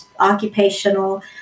occupational